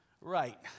right